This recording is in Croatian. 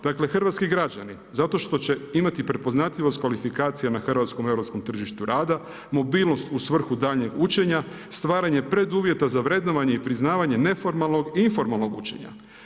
Dakle, hrvatski građani zato što će imati prepoznatljivost kvalifikacija hrvatskom europskom tržištu rada, mobilnost u svrhu daljnjeg učenja, stvaranje preduvjeta za vrednovanje i priznavanje neformalnog i informalnog učenja.